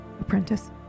apprentice